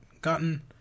gotten